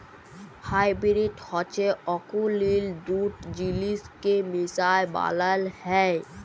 hybrid হছে অকুলীল দুট জিলিসকে মিশায় বালাল হ্যয়